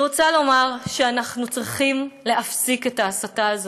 אני רוצה לומר שאנחנו צריכים להפסיק את ההסתה הזאת.